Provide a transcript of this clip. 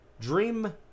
Dream